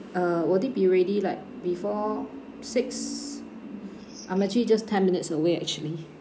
uh will they be ready like before six I'm actually just ten minutes away actually